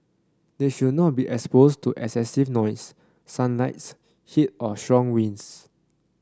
they should not be exposed to excessive noise sunlight heat or strong winds